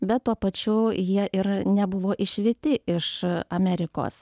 bet tuo pačiu jie ir nebuvo išvyti iš amerikos